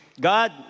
God